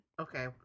Okay